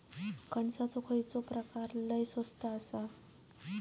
कणसाचो खयलो प्रकार लय स्वस्त हा?